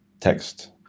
text